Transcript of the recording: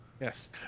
Yes